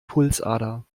pulsader